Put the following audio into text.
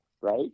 right